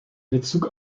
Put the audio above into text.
bezug